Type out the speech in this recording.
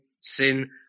sin